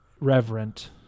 reverent